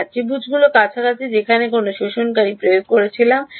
হ্যাঁ ত্রিভুজগুলির কাছাকাছি যেখানে আমি কোনও শোষণকারী প্রয়োগ করছিলাম